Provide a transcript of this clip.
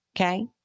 okay